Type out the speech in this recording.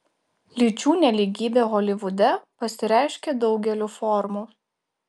lyčių nelygybė holivude pasireiškia daugeliu formų